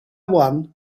one